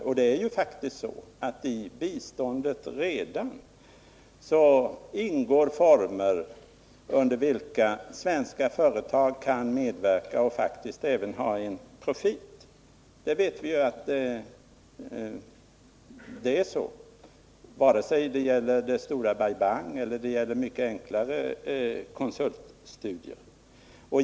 Och det är ju faktiskt så att det redan nu i biståndet finns former för svenska företag att medverka och faktiskt även göra vinster på denna medverkan. Det gäller både det stora Bai Bang-projektet och mycket enklare konsultstudier.